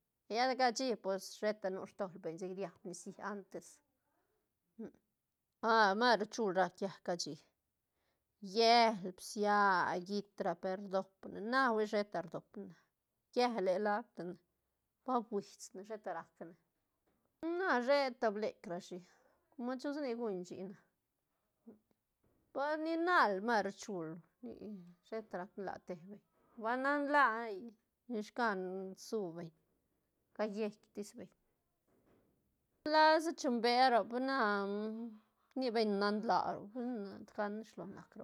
Lla de cashi pues sheta nu stol beñ chic riab nicií antes maru chul rac llal cashi llel, bsia, llit ra per dopne na hui sheta rdop ne na llele lac tine ba fuish ne sheta rac ne na sheta blec rashi com chusa nic guñ shina, pues ni nal maru chul ni sheta rac nlaa te beñ ba nan laa hay nish can su beñ ca llec tis beñ, lasa chum bea roc per na ni beñ nan laa roc tig gana shilo nac roc.